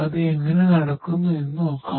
അത് എങ്ങനെ നടക്കുന്നു എന്ന് നോക്കാം